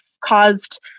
caused